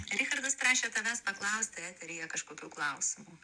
richardas prašė tavęs paklausti eteryje kažkokių klausimų